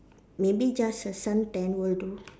maybe just a suntan will do